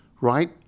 right